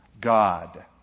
God